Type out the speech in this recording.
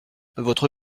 votre